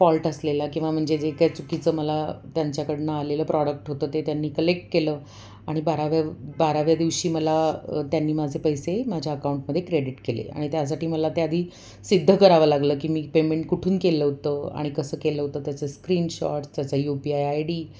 fault असलेला किंवा म्हणजे जे काय चुकीचं मला त्यांच्याकडून आलेलं प्रॉडक्ट होतं ते त्यांनी कलेक्ट केलं आणि बाराव्या बाराव्या दिवशी मला त्यांनी माझे पैसे माझ्या अकाऊंटमध्ये क्रेडिट केले आणि त्यासाठी मला ते आधी सिद्ध करावं लागलं की मी पेमेंट कुठून केलं होतं आणि कसं केलं होतं त्याचं स्क्रीनशॉर्ट्स त्याचा U P I I D